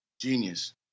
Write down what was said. genius